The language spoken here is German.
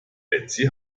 betsy